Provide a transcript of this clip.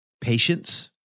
patience